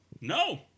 No